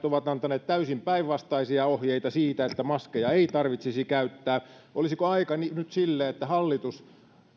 ovat antaneet täysin päinvastaisia ohjeita siitä että maskeja ei tarvitsisi käyttää olisiko aika nyt sille että hallitus